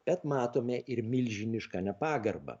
bet matome ir milžinišką nepagarbą